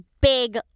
big